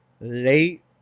late